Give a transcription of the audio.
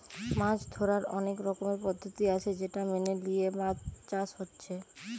মাছ ধোরার অনেক রকমের পদ্ধতি আছে সেটা মেনে লিয়ে মাছ চাষ হচ্ছে